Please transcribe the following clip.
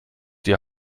die